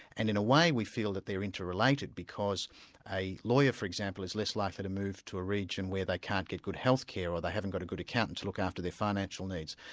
and in a way we feel that they're inter-related because a lawyer for example is less likely to move to a region where they can't get good healthcare, or they haven't got a good accountant to look after their financial needs,